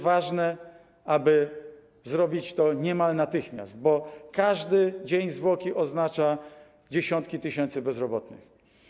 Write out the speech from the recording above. Ważne jest, aby zrobić to niemal natychmiast, bo każdy dzień zwłoki oznacza dziesiątki tysięcy bezrobotnych.